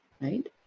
Right